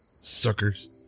Suckers